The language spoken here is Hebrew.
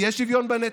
יהיה שוויון בנטל,